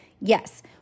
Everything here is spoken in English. Yes